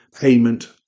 payment